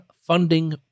Funding